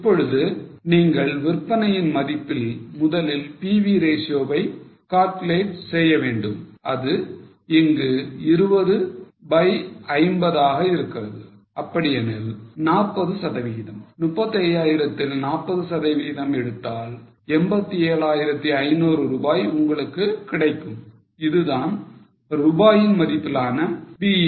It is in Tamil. இப்பொழுது நீங்கள் விற்பனையின் மதிப்பில் முதலில் PV ratio வை calculate செய்ய வேண்டும் அது இங்கு 20 by 50 யாக இருக்கிறது அப்படி எனில் 40 35000 தில் 40 சதவிகிதம் எடுத்தால் 87500 ரூபாய் உங்களுக்கு கிடைக்கும் இதுதான் ரூபாயின் மதிப்பிலான BEP